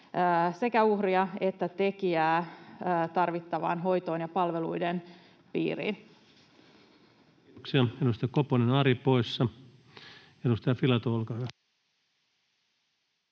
sekä uhria että tekijää tarvittavaan hoitoon ja palveluiden piiriin. Kiitoksia.